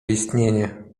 istnienie